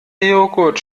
joghurt